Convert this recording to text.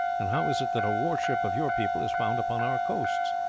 and how is it that a war-ship of your people is found upon our coasts?